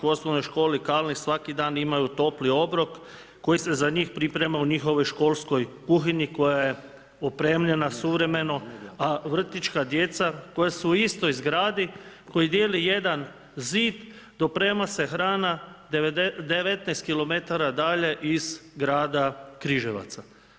U OŠ Kalnik svaki dan imaju topli obrok koji se za njih priprema u njihovoj školskoj kuhinji koja je opremljena suvremeno, a vrtićka djeca, koja su u istoj zgradi, koji dijeli jedan zid, doprema se hrana 19 km dalje iz grada Križevaca.